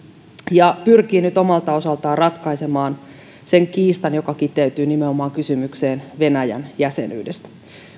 ja pyrkii nyt omalta osaltaan ratkaisemaan sen kiistan joka kiteytyy nimenomaan kysymykseen venäjän jäsenyydestä